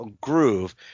groove